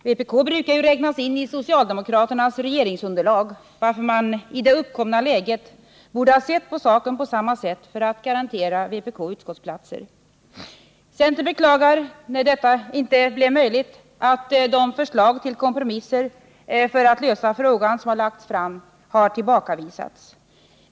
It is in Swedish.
Vpk brukar ju räknas in i socialdemokraternas regeringsunderlag, varför man i det uppkomna läget borde ha sett på saken på samma sätt för att garantera vpk utskottsplatser. Centern beklagar därför att de förslag till kompromisser för att lösa frågan vilka har lagts fram har tillbakavisats.